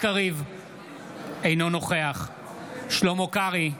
אינו נוכח שלמה קרעי,